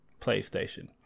PlayStation